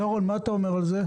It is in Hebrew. דורון, מה אתה אומר על זה?